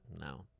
No